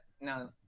no